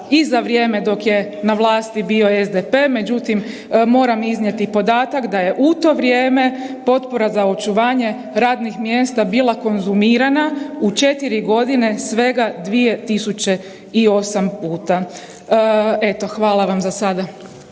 i za vrijeme dok je na vlasti bio SDP, međutim moram iznijeti podatak da je u to vrijeme potpora za očuvanje radnih mjesta bila konzumirana u 4 godine svega 2.008 puta. Eto, hvala vam za sada.